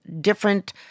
different